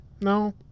No